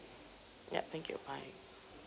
yup thank you bye